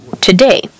today